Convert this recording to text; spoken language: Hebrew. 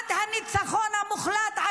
עד הניצחון המוחלט.